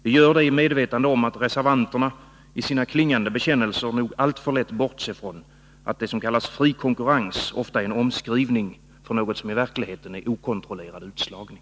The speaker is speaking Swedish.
Vi gör det i medvetande om att reservanterna i sina klingande bekännelser nog alltför lätt bortser från att det som kallas fri konkurrens ofta är en omskrivning för något som i verkligheten är en okontrollerad utslagning.